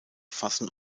fassen